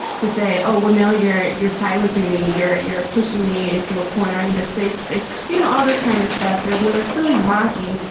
to say, oh, well, now you're you're silencing me. you're you're pushing me into a corner. i need a safe space, you know, all this kind of stuff. there were there clearly mocking.